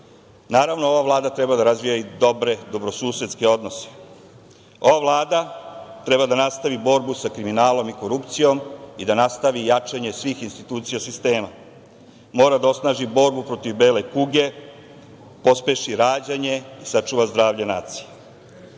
Kinom. Naravno, ova Vlada treba da razvija i dobre dobrosusedske odnose. Ova Vlada treba da nastavi borbu sa kriminalom i korupcijom i da nastavi jačanje svih institucija sistema, mora da osnaži borbu protiv bele kuge, pospeši rađanje, sačuva zdravlje nacije.